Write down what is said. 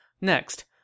Next